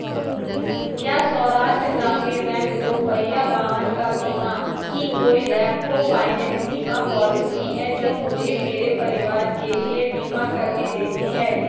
क्या सौराष्ट ग्रामीण बैंक दो पहिया वाहन का बीमा की कोई रेपको फ़ाइनेंस बीमा पॉलिसी है जो मुझे मेरे परिवार के लिए बीमा करने देती है